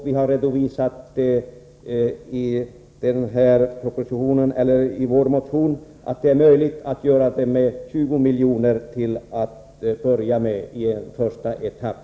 I motionen redovisar vi också att det är möjligt att åstadkomma detta med 20 milj.kr. i en första etapp.